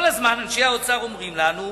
כל הזמן אנשי האוצר אומרים לנו: